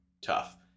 tough